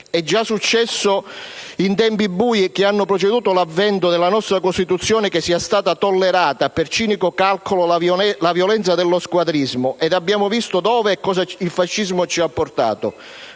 È già successo in tempi bui, che hanno preceduto l'avvento della nostra Costituzione, che sia stata tollerata per cinico calcolo la violenza dello squadrismo, e abbiamo visto dove il fascismo ci ha portato.